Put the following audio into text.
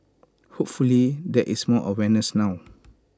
hopefully there is more awareness now